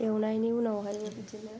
एवनायनि उनावहायो बिदिनो